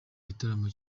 gitaramo